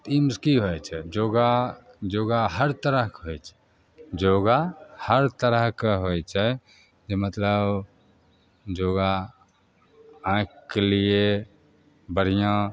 तऽ एहिमे कि होइ छै योगा योगा हर तरहके होइ छै योगा हर तरहके होइ छै जे मतलब योगा आँखिके लिए बढ़िआँ